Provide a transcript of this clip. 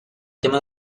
tema